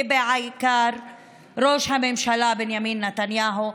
ובעיקר ראש הממשלה בנימין נתניהו,